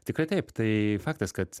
tikrai taip tai faktas kad